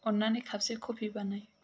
अन्नानै कापसे कफि बानाय